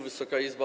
Wysoka Izbo!